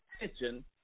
attention